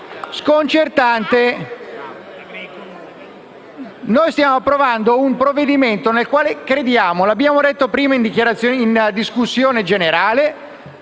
Lettieri)*. Noi stiamo approvando un provvedimento nel quale crediamo: l'abbiamo detto prima nella discussione generale